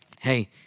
Hey